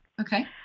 okay